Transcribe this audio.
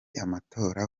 amatora